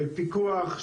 של פיקוח,